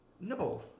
no